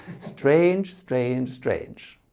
strange, strange, strange.